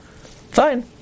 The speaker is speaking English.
Fine